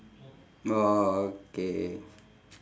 orh okay